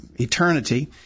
eternity